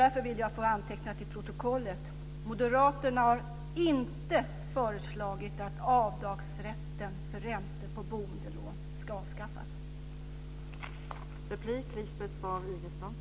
Därför vill jag till protokollet få antecknat att Moderaterna inte har föreslagit att avdragsrätten för räntor på boendelån ska avskaffas.